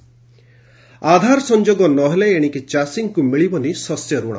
ଆଧାର link Aadhaar ସଂଯୋଗ ନ ହେଲେ ଏଶିକି ଚାଷୀଙ୍କୁ ମିଳିବନି ଶସ୍ୟ ରଣ